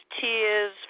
tears